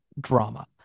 drama